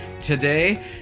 today